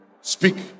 Speak